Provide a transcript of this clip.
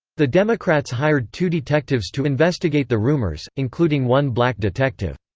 the democrats hired two detectives to investigate the rumors, including one black detective.